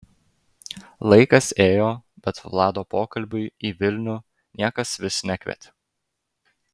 laikas ėjo bet vlado pokalbiui į vilnių niekas vis nekvietė